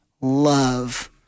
love